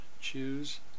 Choose